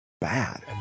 bad